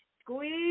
squeeze